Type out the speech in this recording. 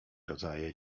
rodzaje